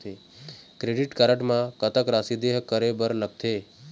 Credit card म कतक राशि देहे करे बर लगथे?